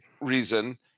reason –